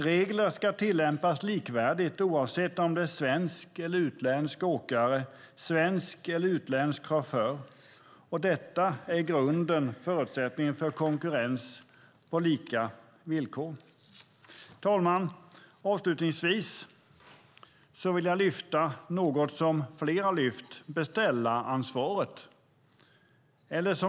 Regler ska tillämpas likvärdigt oavsett om det är en svensk eller utländsk åkare eller chaufför. Detta är i grunden förutsättningen för konkurrens på lika villkor. Fru talman! Avslutningsvis vill jag lyfta fram något fler har lyft fram, nämligen beställaransvaret.